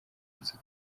gusa